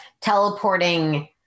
teleporting